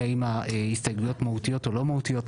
האם ההסתייגויות מהותיות או לא מהותיות,